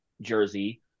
jersey